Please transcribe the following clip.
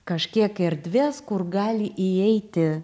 kažkiek erdvės kur gali įeiti